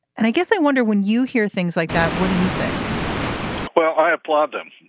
and i guess i wonder when you hear things like that what do you think well i applaud them.